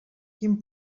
quin